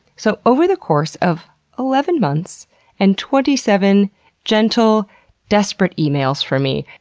so over the course of eleven months and twenty seven gentle desperate emails from me,